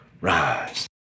rise